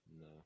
No